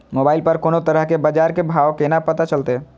Mobile पर कोनो तरह के बाजार के भाव केना पता चलते?